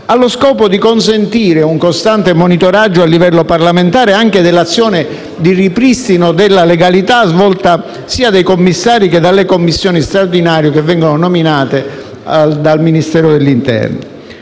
allo scopo di consentire un costante monitoraggio a livello parlamentare anche dell'azione di ripristino della legalità, svolta sia dai commissari che dalle Commissioni straordinarie che vengono nominate dalla Presidenza del Consiglio.